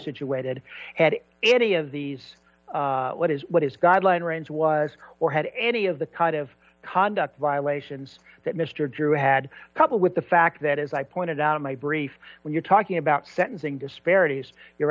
situated at any of these what is what is guideline range was or had any of the kind of conduct violations that mr drew had coupled with the fact that as i pointed out in my brief when you're talking about sentencing disparities you're